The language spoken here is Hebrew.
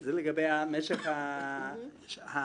זה לגבי משך ההסעה.